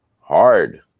hard